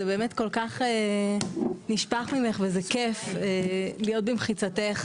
זה כל כך נשפך ממך וזה כיף להיות במחיצתך.